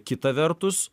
kita vertus